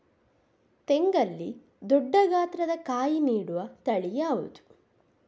ತೆಂಗಲ್ಲಿ ದೊಡ್ಡ ಗಾತ್ರದ ಕಾಯಿ ನೀಡುವ ತಳಿ ಯಾವುದು?